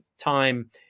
Time